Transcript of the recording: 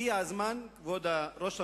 הגיע הזמן, כבוד ראש הממשלה,